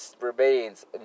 remains